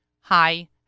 hi